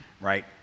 right